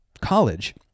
college